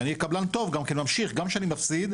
ואני קבלן טוב גם ממשיך, גם כשאני מפסיד,